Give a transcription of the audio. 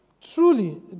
Truly